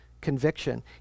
conviction